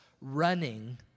running